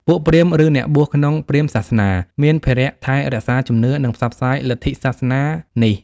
ពួកព្រាហ្មណ៍ ឬអ្នកបួសក្នុងព្រាហ្មណ៍សាសនា មានភារៈថែរក្សាជំនឿ និងផ្សព្វផ្សាយលទ្ធិសាសនានេះ។